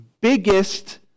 biggest